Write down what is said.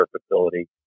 facility